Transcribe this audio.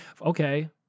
Okay